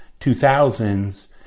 2000s